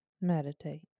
Meditate